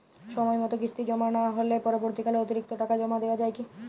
সময় মতো কিস্তি জমা না হলে পরবর্তীকালে অতিরিক্ত টাকা জমা দেওয়া য়ায় কি?